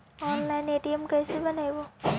Online ATM card कैसे बनाबौ?